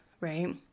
right